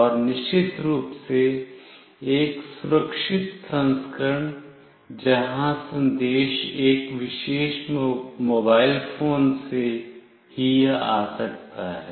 और निश्चित रूप से एक सुरक्षित संस्करण जहां संदेश एक विशेष मोबाइल फोन से ही आ सकता है